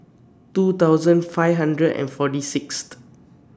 two thousand five hundred and forty Sixth